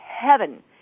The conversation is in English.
heaven